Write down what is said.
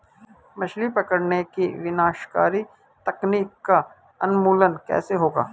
मछली पकड़ने की विनाशकारी तकनीक का उन्मूलन कैसे होगा?